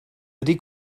wedi